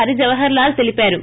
హరి జవహార్ లాల్ తెలిపారు